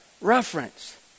reference